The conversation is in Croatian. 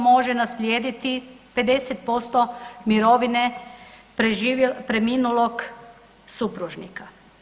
može naslijediti 50% mirovine preminulog supružnika.